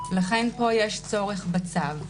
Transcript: לכן פה יש צורך בצו.